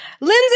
Lindsay